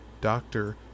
doctor